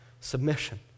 submission